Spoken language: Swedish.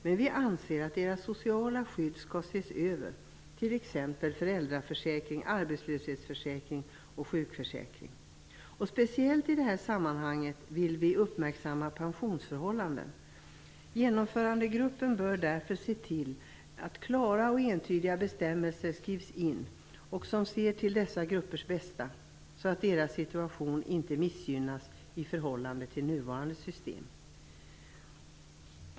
Men vi anser att deras sociala skydd skall ses över, t.ex. föräldraförsäkring, arbetslöshetsförsäkring och sjukförsäkring. Speciellt vill vi i det här sammanhanget uppmärksamma pensionsförhållanden. Genomförandegruppen bör därför se till att klara och entydiga bestämmelser skrivs in, så att man ser till dessa gruppers bästa och så att deras situation inte missgynnas i förhållande till nuvarande system.